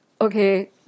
okay